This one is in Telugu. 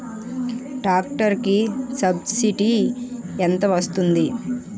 ట్రాక్టర్ కి సబ్సిడీ ఎంత వస్తుంది?